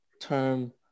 term